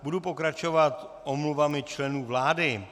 Budu pokračovat omluvami členů vlády.